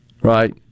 Right